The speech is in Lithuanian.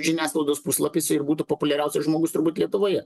žiniasklaidos puslapiuose ir būtų populiariausias žmogus turbūt lietuvoje